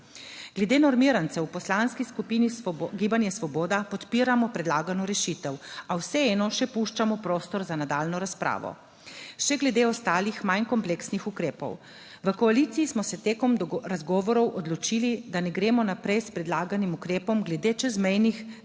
Glede normirancev v poslanski skupini Gibanje Svoboda podpiramo predlagano rešitev, a vseeno še puščamo prostor za nadaljnjo razpravo. Še glede ostalih manj kompleksnih ukrepov. V koaliciji smo se tekom razgovorov odločili, da ne gremo naprej s predlaganim ukrepom glede čezmejnih